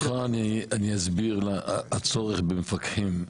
ברשותך, אני אסביר את הצורך במפקחים.